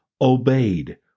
obeyed